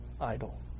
idol